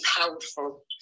powerful